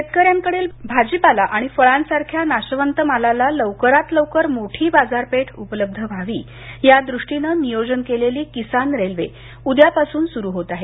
शेतकऱ्यांकडील भाजीपाला आणि फळासारख्या नाशवंत मालाला लवकरात लवकर मोठी बाजारपेठ उपलब्ध व्हावी यादृष्टीनं नियोजन केलेली किसान रेल्वे उद्यापासून सुरु होत आहे